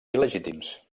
il·legítims